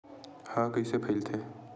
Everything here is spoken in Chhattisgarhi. ह कइसे फैलथे?